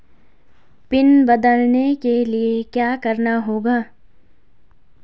Pin बदलने के लिए क्या करना होगा?